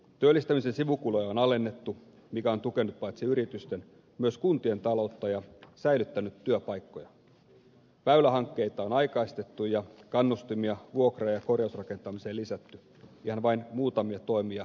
työllistämisen sivukuluja on alennettu mikä on tukenut paitsi yritysten myös kuntien taloutta ja säilyttänyt työpaikkoja väylähankkeita on aikaistettu ja kannustimia vuokra ja korjausrakentamiseen lisätty ihan vain muutamia toimia mainitakseni